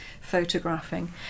photographing